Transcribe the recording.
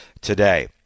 today